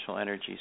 energy